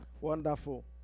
Wonderful